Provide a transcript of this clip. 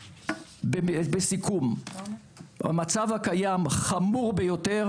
לסיכום, המצב הקיים חמור ביותר.